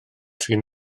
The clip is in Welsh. trin